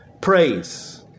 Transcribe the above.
praise